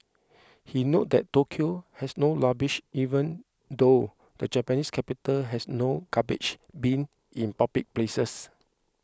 he noted that Tokyo has no rubbish even though the Japanese capital has no garbage bin in public places